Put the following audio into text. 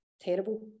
terrible